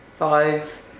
Five